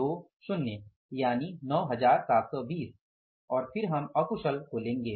9720 और फिर हम अकुशल को लेंगे